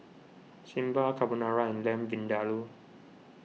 Sambar Carbonara and Lamb Vindaloo